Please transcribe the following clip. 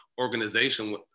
organization